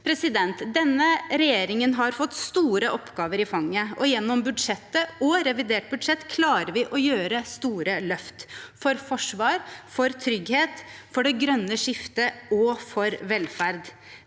bør se til. Denne regjeringen har fått store oppgaver i fanget, og gjennom budsjettet og revidert budsjett klarer vi å ta store løft for forsvar, for trygghet, for det grønne skiftet og for velferd.